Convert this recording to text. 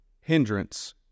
hindrance